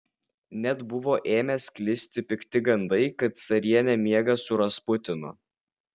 net buvo ėmę sklisti pikti gandai kad carienė miega su rasputinu